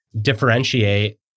differentiate